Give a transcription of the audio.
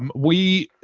um we,